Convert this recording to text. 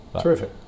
Terrific